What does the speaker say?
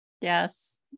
yes